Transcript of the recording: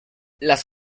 las